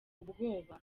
ubwoba